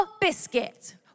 biscuit